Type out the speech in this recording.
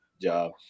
job